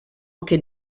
anche